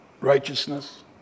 righteousness